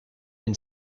been